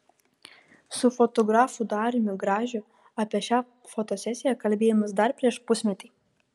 su fotografu dariumi gražiu apie šią fotosesiją kalbėjomės dar prieš pusmetį